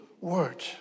word